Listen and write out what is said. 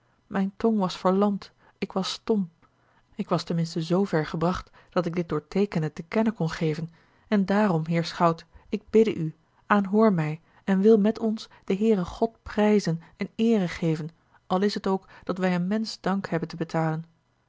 mijne tong was verlamd ik was stom ik was ten minste zoover gebracht dat ik dit door teekenen te kennen kon geven en daarom heer schout ik bidde u aanhoor mij en wil met ons den heere god prijzen en eere geven al is t ook dat wij een mensch dank hebben te betalen